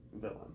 villain